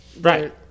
right